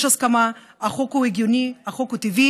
יש הסכמה, החוק הוא הגיוני, החוק הוא טבעי.